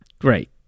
Great